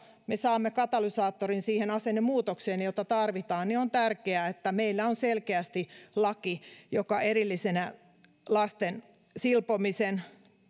me saamme katalysaattorin siihen asennemuutokseen jota tarvitaan niin on tärkeää että meillä on selkeästi laki joka kieltää erillisenä lasten silpomisen